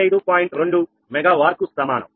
2 mega వార్కు సమానం